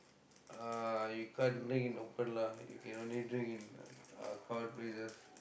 uh you can't drink in open lah you can only drink in uh covered places